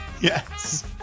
Yes